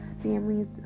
families